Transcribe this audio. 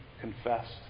confessed